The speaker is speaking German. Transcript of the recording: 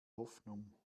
hoffnung